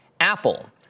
Apple